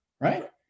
right